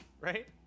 right